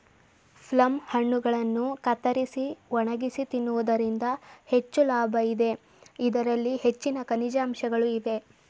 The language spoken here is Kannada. ಪ್ಲಮ್ ಹಣ್ಣುಗಳನ್ನು ಕತ್ತರಿಸಿ ಒಣಗಿಸಿ ತಿನ್ನುವುದರಿಂದ ಹೆಚ್ಚು ಲಾಭ ಇದೆ, ಇದರಲ್ಲಿ ಹೆಚ್ಚಿನ ಖನಿಜಾಂಶಗಳು ಇವೆ